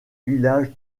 villages